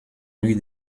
rue